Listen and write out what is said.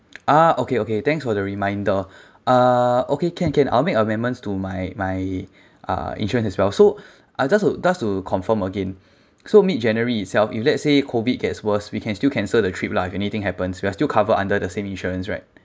ah okay okay thanks for the reminder uh okay can can I'll make amendments to my my uh insurance as well so I just to just to confirm again so mid january itself if let's say COVID gets worse we can still cancel the trip lah if anything happens we are still covered under the same insurance right